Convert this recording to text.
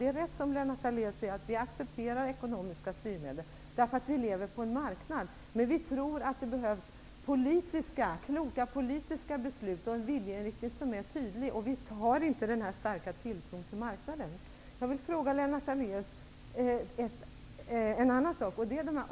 Det är riktigt som Lennart Daléus säger att vi accepterar ekonomiska styrmedel, därför att vi lever på en marknad. Men vi tror att det behövs kloka politiska beslut och en viljeinriktning som är tydlig, och vi har inte denna starka tilltro till marknaden.